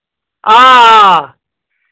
آ آ